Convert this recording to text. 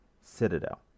Citadel